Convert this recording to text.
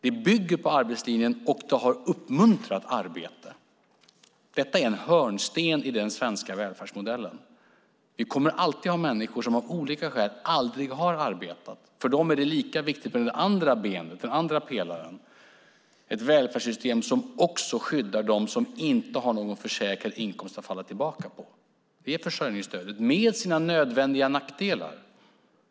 Det bygger på arbetslinjen och har uppmuntrat arbete. Det är en hörnsten i den svenska välfärdsmodellen. Vi kommer dock alltid ha människor som av olika skäl aldrig har arbetat. För dem är den andra pelaren lika viktig, att vi har ett välfärdssystem som också skyddar dem som inte har någon försäkrad inkomst att falla tillbaka på. Det är försörjningsstödet med sina nödvändiga nackdelar.